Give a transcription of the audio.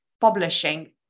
publishing